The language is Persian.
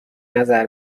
نظر